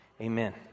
Amen